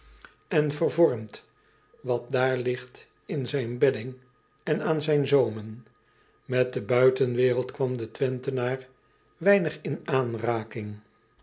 potlood eel daar ligt in zijn bedding en aan zijn zoomen et de buitenwereld kwam de wenthenaar weinig in aanraking